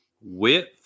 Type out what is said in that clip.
Width